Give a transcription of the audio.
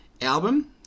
Album